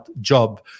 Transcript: job